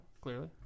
clearly